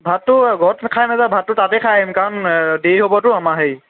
ভাতটো ঘৰত খাই নাযাওঁ ভাতটো তাতে খাই আহিম কাৰণ দেৰি হ'বতো আমাৰ হেৰি